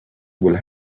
will